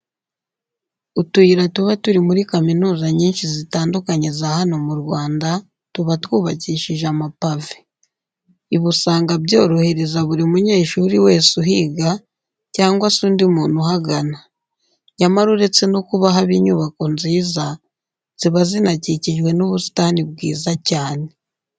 Utuyira tuba turi muri kaminuza nyinshi zitandukanye za hano mu Rwanda tuba twubakishije amapave. Ibi usanga byorohereza buri munyeshuri wese uhiga cyangwa se undi muntu uhagana. Nyamara uretse no kuba haba inyubako nziza, ziba zinakikijwe n'ubusitani bwiza cyane.